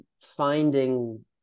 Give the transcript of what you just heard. finding